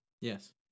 Yes